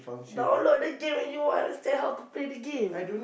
download the game and you understand how to play the game